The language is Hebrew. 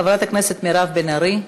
חברת הכנסת מירב בן ארי.